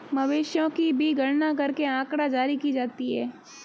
मवेशियों की भी गणना करके आँकड़ा जारी की जाती है